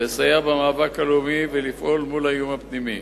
לסייע במאבק הלאומי ולפעול מול האיום הפנימי.